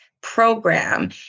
program